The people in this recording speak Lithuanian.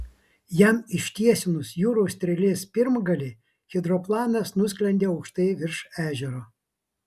jam ištiesinus jūrų strėlės pirmgalį hidroplanas nusklendė aukštai virš ežero